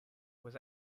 was